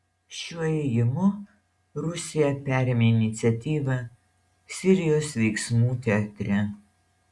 šiuo ėjimu rusija perėmė iniciatyvą sirijos veiksmų teatre